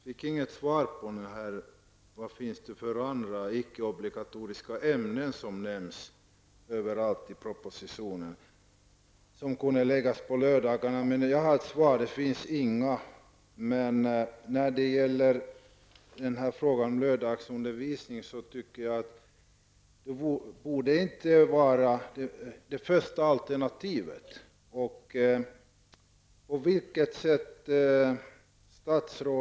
Herr talman! Jag fick inte något svar på min fråga vilka andra icke-obligatoriska ämnen som i vilka undervisningen kan förläggas till lördagar. Jag har själv svaret -- det finns inga sådana ämnen. Jag tycker inte att lördagsundervisning borde vara det första alternativet för hemspråksundervisningen heller.